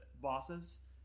bosses